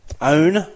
own